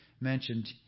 mentioned